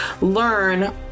learn